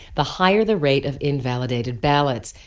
the higher the rate of invalidated ballots.